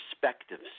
perspectives